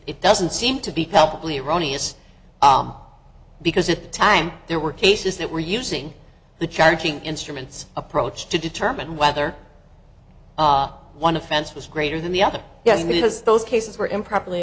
it doesn't seem to be palpably erroneous because at the time there were cases that were using the charging instruments approach to determine whether one offense was greater than the other because those cases were improperly